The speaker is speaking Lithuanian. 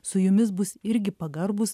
su jumis bus irgi pagarbūs